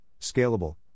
scalable